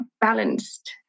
balanced